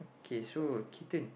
K so Clayton